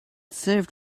served